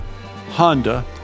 Honda